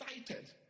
excited